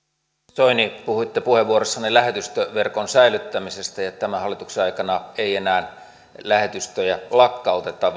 soini puhuitte puheenvuorossanne lähetystöverkon säilyttämisestä ja että tämän hallituskauden aikana ei enää lähetystöjä lakkauteta